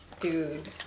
Dude